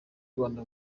rwanda